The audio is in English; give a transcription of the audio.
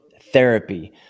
therapy